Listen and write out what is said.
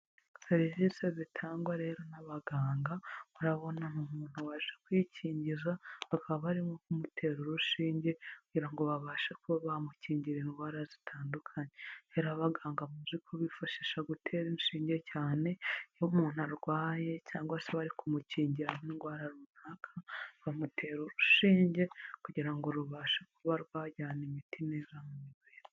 Serivisi zitangwa rero n'abaganga murabona umuntu waje kwikingiza bakaba barimo kumutera urushinge kugira ngo babashe kuba bamukingira indwara zitandukanye, rero abaganga mu byukuri bifashisha gutera inshinge cyane iyo umuntu arwaye cyangwa se bari kumukingira indwara runaka bamutera urushige kugira ngo rubashe kuba rwajyana imiti myiza mu mubiri.